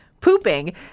Pooping